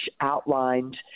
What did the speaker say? outlined